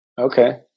Okay